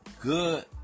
good